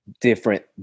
different